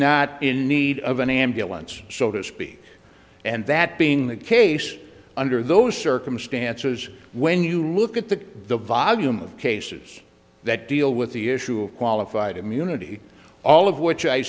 not in need of an ambulance so to speak and that being the case under those circumstances when you look at the volume of cases that deal with the issue of qualified immunity all of which i